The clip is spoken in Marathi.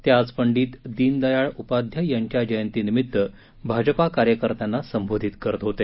ते आज पंडित दिनदयाळ उपाध्याय यांच्या जयंतीनिमित्त भाजपा कार्यकर्त्यांना संबोधित करत होते